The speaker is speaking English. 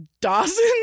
Dawson